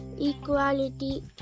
equality